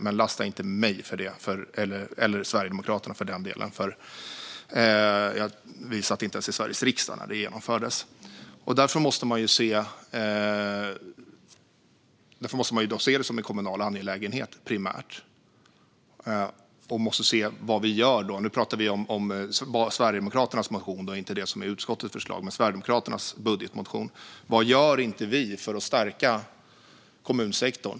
Men lasta inte mig eller Sverigedemokraterna för det, eftersom vi inte ens satt i Sveriges riksdag när det genomfördes. Därför måste man se det primärt som en kommunal angelägenhet. Man måste se på vad vi gör. Då talar vi om Sverigedemokraternas budgetmotion och inte utskottets förslag. Vad gör vi inte för att stärka kommunsektorn?